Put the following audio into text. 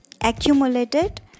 accumulated